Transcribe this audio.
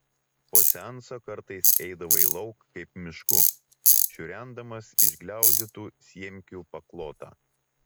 po seanso kartais eidavai lauk kaip mišku šiurendamas išgliaudytų semkių paklotą